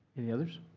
any others?